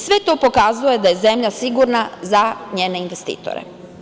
Sve to pokazuje da je zemlja sigurna za njene investitore.